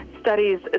studies